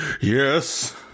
Yes